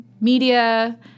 media